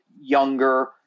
younger